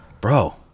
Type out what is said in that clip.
Bro